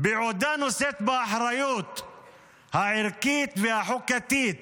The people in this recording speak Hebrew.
בעודה נושאת באחריות הערכית והחוקתית